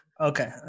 Okay